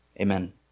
Amen